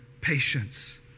patience